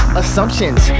assumptions